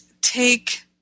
take